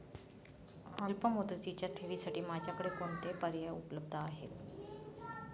अल्पमुदतीच्या ठेवींसाठी माझ्याकडे कोणते पर्याय उपलब्ध आहेत?